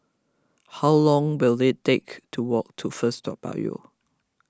how long will it take to walk to First Toa Payoh